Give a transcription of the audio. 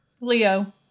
Leo